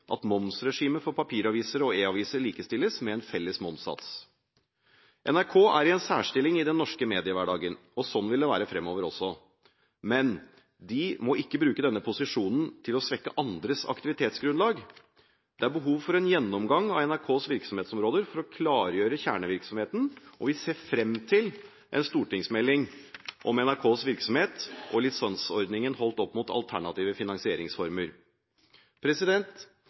at momsregimet for papiraviser og e-aviser likestilles med en felles momssats. NRK er i en særstilling i den norske mediehverdagen. Slik vil det være framover også, men de må ikke bruke denne posisjonen til å svekke andres aktivitetsgrunnlag. Det er behov for en gjennomgang av NRKs virksomhetsområder for å klargjøre kjernevirksomheten, og vi ser fram til en stortingsmelding om NRKs virksomhet og lisensordningen holdt opp mot alternative finansieringsformer.